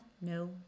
no